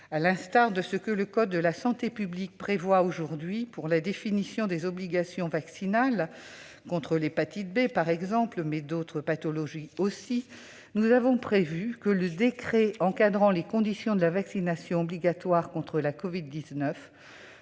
À l'instar de ce que le code de la santé publique prévoit pour la définition des obligations vaccinales contre l'hépatite B, par exemple, mais aussi contre d'autres pathologies, nous avons prévu que le décret encadrant les conditions de la vaccination obligatoire contre la covid-19